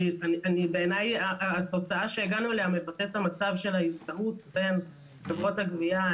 בעיניי התוצאה שהגענו אליה מבטאת את המצב של ההזדהות בין חברות הגבייה,